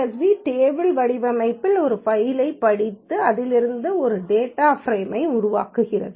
csv table வடிவமைப்பில் ஒரு ஃபைலைப் படித்து அதிலிருந்து ஒரு டேட்டா ப்ரேமை உருவாக்குகிறது